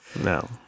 No